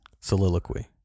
Soliloquy